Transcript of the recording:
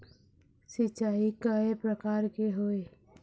सिचाई कय प्रकार के होये?